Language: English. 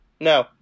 no